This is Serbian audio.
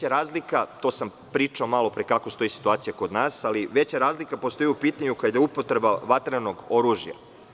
To sam pričao malo pre kako stoji situacija kod nas, ali veća razlika postoji u pitanju kada je upotreba vatrenog oružja.